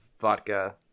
vodka